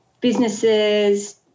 businesses